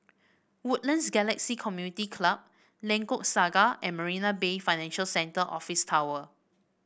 Woodlands Galaxy Community Club Lengkok Saga and Marina Bay Financial Centre Office Tower